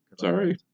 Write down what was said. sorry